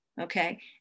Okay